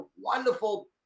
wonderful